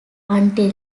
until